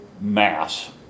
mass